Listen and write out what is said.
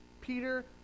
Peter